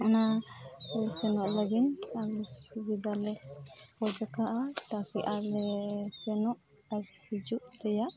ᱚᱱᱟ ᱥᱮᱱᱚᱜ ᱞᱟᱹᱜᱤᱫ ᱟᱞᱮ ᱥᱩᱵᱤᱫᱷᱟ ᱞᱮ ᱠᱷᱚᱡᱟᱠᱟᱫᱼᱟ ᱛᱟᱠᱤ ᱟᱞᱮ ᱥᱮᱱᱚᱜ ᱟᱨ ᱦᱤᱡᱩᱜ ᱨᱮᱭᱟᱜ